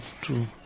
true